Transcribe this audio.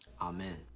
Amen